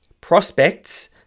prospects